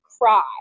cry